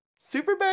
Superbad